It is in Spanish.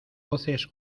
voces